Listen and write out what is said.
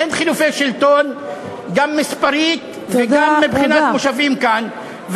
אין חילופי שלטון גם מספרית וגם מבחינת מושבים כאן,